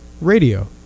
Radio